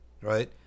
right